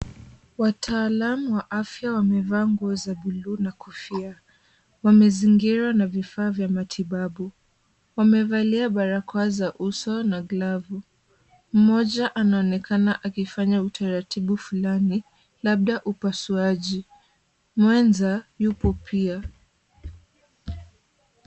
Wataalamu wa afya wamevaa nguo za buluu na kofia. Wamezingirwa na vifaa vya matibabu. Wamevalia barakoa za uso na glavu. Mmoja anaonekana akifanya utaratibu fulani, labda upasuaji. Mwenza yupo pia.